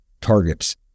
targets